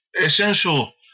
essential